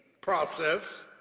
process